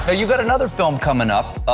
ah you've got another film coming up,